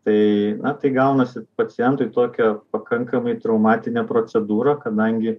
tai na tai gaunasi pacientui tokia pakankamai traumatinė procedūra kadangi